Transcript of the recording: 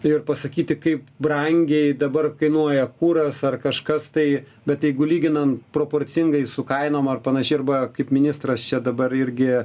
ir pasakyti kaip brangiai dabar kainuoja kuras ar kažkas tai bet jeigu lyginant proporcingai su kainom ar panašiai arba kaip ministras čia dabar irgi